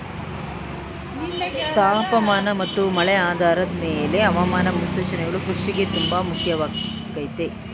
ತಾಪಮಾನ ಮತ್ತು ಮಳೆ ಆಧಾರದ್ ಮೇಲೆ ಹವಾಮಾನ ಮುನ್ಸೂಚನೆಗಳು ಕೃಷಿಗೆ ತುಂಬ ಮುಖ್ಯವಾಗಯ್ತೆ